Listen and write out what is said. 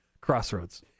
Crossroads